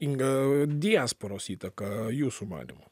inga diasporos įtaka jūsų manymu